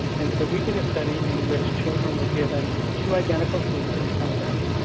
and so we did a study in which children were given two identical foods in front of them,